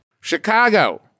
Chicago